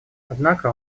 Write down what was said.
однако